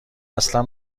اصلا